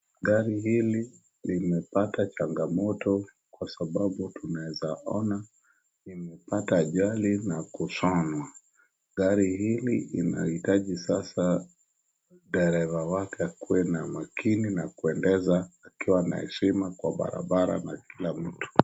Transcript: Gari hili limepata changamoto kwa sababu tunaeza ona limepata ajali na kushonwa. Gari hili linahitaji sasa dereva wake akuwe namakini na kuendesha akiwa na heshima kwa barabara na kila mtu.